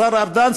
השר ארדן,